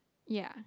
ya